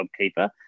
JobKeeper